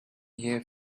here